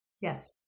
Yes